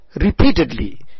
repeatedly